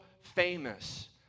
famous